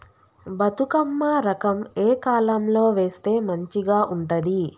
బతుకమ్మ రకం ఏ కాలం లో వేస్తే మంచిగా ఉంటది?